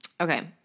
Okay